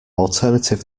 alternative